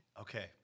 Okay